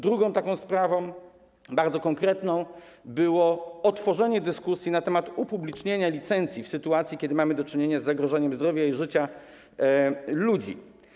Drugą taką bardzo konkretną sprawą było otworzenie dyskusji na temat upublicznienia licencji w sytuacji, kiedy mamy do czynienia z zagrożeniem zdrowia i życia ludzi.